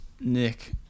Nick